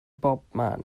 bobman